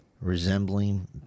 resembling